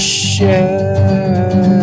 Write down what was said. share